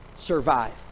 Survive